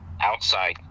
outside